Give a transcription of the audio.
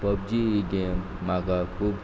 PUBG ही game म्हाका खूब